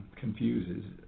confuses